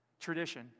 tradition